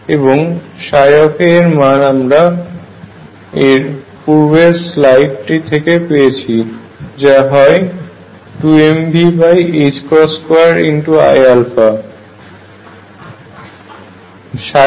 এবং a এর মান আমরা এর পূর্বের স্লাইড টিতে পেয়েছি যা হয় 2mV2iα